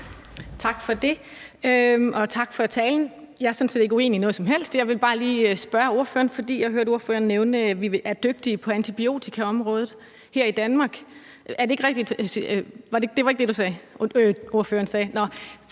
Tak for det. Og tak for talen. Jeg er sådan set ikke uenig i noget som helst. Jeg ville bare lige stille ordføreren et spørgsmål, for jeg hørte ordføreren nævne, at vi er dygtige på antibiotikaområdet her i Danmark – nej, det var ikke det, ordføreren sagde,